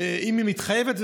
אם היא מתחייבת,